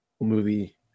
movie